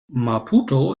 maputo